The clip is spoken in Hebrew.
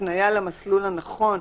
הפניה למסלול הנכון,